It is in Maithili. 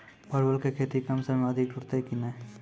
परवल की खेती कम समय मे अधिक टूटते की ने?